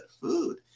food